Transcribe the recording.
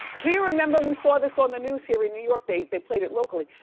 do you remember? we saw this on the news here in new york they they played it locally.